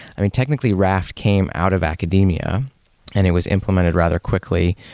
i mean, technically, raft came out of academia and it was implemented rather quickly,